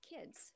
kids